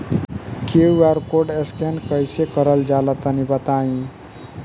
QR code scan कैसे क़रल जला तनि बताई?